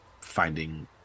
finding